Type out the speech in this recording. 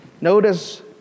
Notice